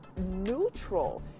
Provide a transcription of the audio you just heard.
neutral